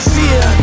fear